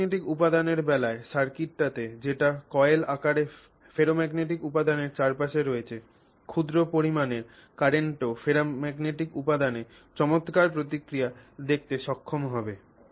ferromagnetic উপাদানের বেলায় সার্কিটটিতে যেটা কয়েল আকারে ফেরোম্যাগনেটিক উপাদানের চারপাশে রয়েছে ক্ষুদ্র পরিমাণের কারেন্টও ফেরোম্যাগনেটিক উপাদানে চমৎকার প্রতিক্রিয়া দেখাতে সক্ষম হবে